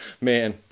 man